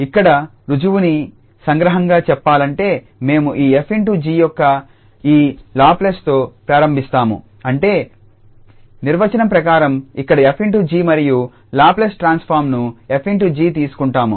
ఇక్కడ రుజువు ని సంగ్రహంగా చెప్పాలంటే మేము ఈ 𝑓∗𝑔 యొక్క ఈ లాప్లేస్తో ప్రారంభిస్తాము అంటే నిర్వచనం ప్రకారం ఇక్కడ 𝑓∗𝑔 మరియు లాప్లేస్ ట్రాన్స్ఫార్మ్ను 𝑓∗𝑔 తీసుకున్నాము